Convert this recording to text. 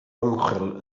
ymchwil